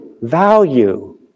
value